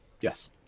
Yes